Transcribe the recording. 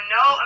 no